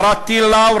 ירה טיל "לאו",